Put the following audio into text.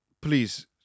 please